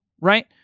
right